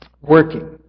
working